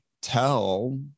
tell